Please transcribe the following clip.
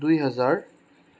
দুই হাজাৰ